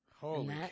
Holy